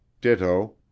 ditto